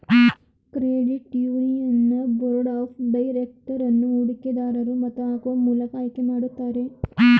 credit union board of director ಅನ್ನು ಹೂಡಿಕೆ ದರೂರು ಮತ ಹಾಕುವ ಮೂಲಕ ಆಯ್ಕೆ ಮಾಡುತ್ತಾರೆ